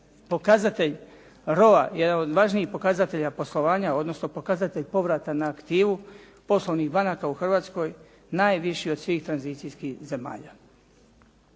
pokazatelj ROA, jedan od važnijih pokazatelja poslovanja odnosno pokazatelj povrata na aktivu, poslovnih banaka u Hrvatskoj najviši od svih tranzicijskih zemalja.